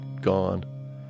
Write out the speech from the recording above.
gone